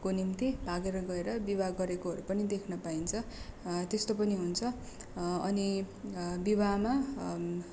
को निम्ति भागेर गएर विवाह गरेकोहरू पनि देख्न पाइन्छ त्यस्तो पनि हुन्छ अनि विवाहमा